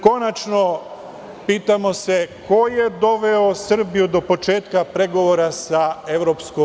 Konačno, pitamo se ko je doveo Srbiju do početka pregovora sa EU?